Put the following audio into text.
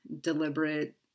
deliberate